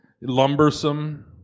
lumbersome